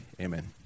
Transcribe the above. amen